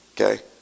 Okay